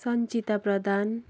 Sanchita Pradhan